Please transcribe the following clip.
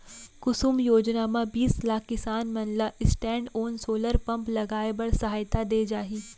कुसुम योजना म बीस लाख किसान मन ल स्टैंडओन सोलर पंप लगाए बर सहायता दे जाही